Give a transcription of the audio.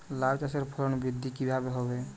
লাউ চাষের ফলন বৃদ্ধি কিভাবে হবে?